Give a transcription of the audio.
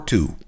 Two